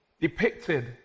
depicted